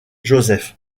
joseph